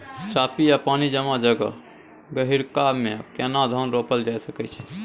चापि या पानी जमा जगह, गहिरका मे केना धान रोपल जा सकै अछि?